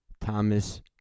Thomas